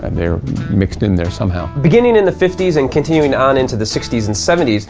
and they're mixed in there somehow. beginning in the fifty s and continuing on into the sixty s and seventy s,